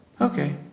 Okay